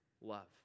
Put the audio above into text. love